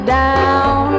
down